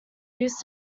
used